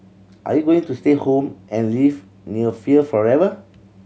are you going to stay home and live near fear forever